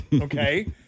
Okay